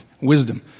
Wisdom